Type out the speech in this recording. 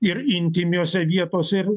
ir intymiose vietose ir